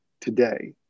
today